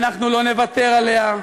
אנחנו לא נוותר עליה.